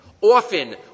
Often